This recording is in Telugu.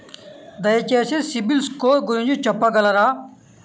దయచేసి సిబిల్ స్కోర్ గురించి చెప్పగలరా?